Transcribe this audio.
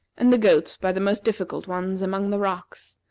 and the goats by the most difficult ones among the rocks